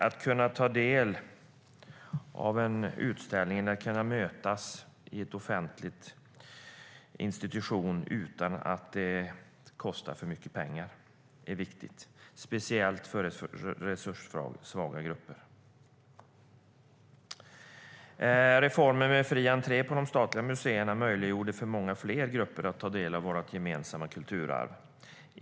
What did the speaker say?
Att kunna ta del av en utställning eller att kunna mötas på en offentlig institution utan att det kostar för mycket pengar är viktigt, speciellt för de resurssvaga grupperna. Reformen med fri entré på de statliga museerna möjliggjorde för många fler grupper att ta del av vårt gemensamma kulturarv.